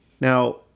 now